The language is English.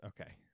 okay